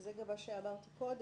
וזה גם מה שאמרת קודם,